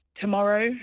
Tomorrow